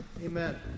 Amen